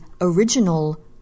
original